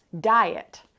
Diet